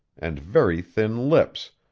and very thin lips,